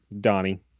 Donnie